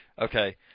Okay